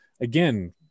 again